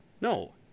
No